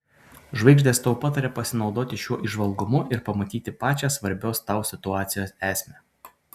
žvaigždės tau pataria pasinaudoti šiuo įžvalgumu ir pamatyti pačią svarbios tau situacijos esmę